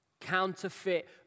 counterfeit